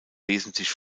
wesentlich